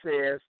says